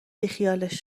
بیخیالش